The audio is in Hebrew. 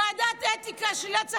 ועדת אתיקה, שלילת שכר,